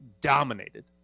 dominated